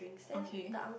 okay